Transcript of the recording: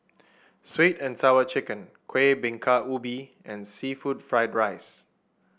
sweet and Sour Chicken Kuih Bingka Ubi and seafood Fried Rice